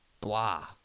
blah